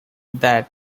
that